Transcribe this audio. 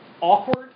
Awkward